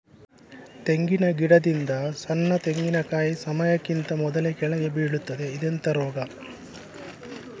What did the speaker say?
ತೆಂಗಿನ ಗಿಡದಿಂದ ಸಣ್ಣ ತೆಂಗಿನಕಾಯಿ ಸಮಯಕ್ಕಿಂತ ಮೊದಲೇ ಕೆಳಗೆ ಬೀಳುತ್ತದೆ ಇದೆಂತ ರೋಗ?